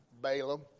Balaam